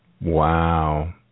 Wow